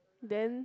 then